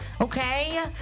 okay